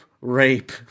rape